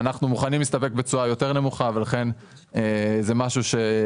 אנחנו מוכנים להסתפק בתשואה יותר נמוכה ולכן זה משהו.